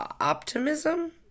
optimism